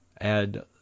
add